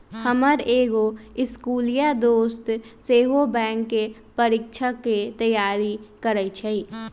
हमर एगो इस्कुलिया दोस सेहो बैंकेँ परीकछाके तैयारी करइ छइ